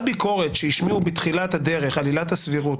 ביקורת שהשמיעו בתחילת הדרך על עילת הסבירות,